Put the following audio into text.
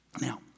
Now